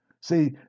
See